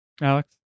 Alex